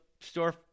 store